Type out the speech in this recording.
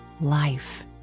life